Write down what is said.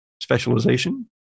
specialization